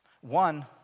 One